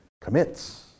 commits